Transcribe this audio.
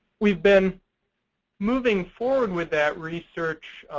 we've been moving forward with that research,